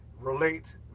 relate